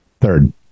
third